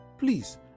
Please